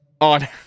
on